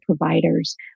providers